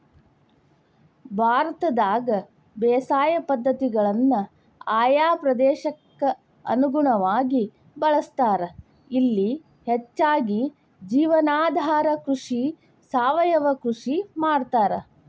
ಭಾರತದಾಗ ಬೇಸಾಯ ಪದ್ಧತಿಗಳನ್ನ ಆಯಾ ಪ್ರದೇಶಕ್ಕ ಅನುಗುಣವಾಗಿ ಬಳಸ್ತಾರ, ಇಲ್ಲಿ ಹೆಚ್ಚಾಗಿ ಜೇವನಾಧಾರ ಕೃಷಿ, ಸಾವಯವ ಕೃಷಿ ಮಾಡ್ತಾರ